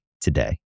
today